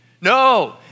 no